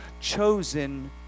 chosen